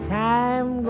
time